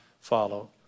follow